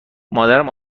مادرم